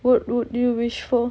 what would you wish for